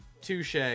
Touche